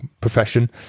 profession